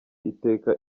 iteka